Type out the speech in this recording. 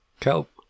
Kelp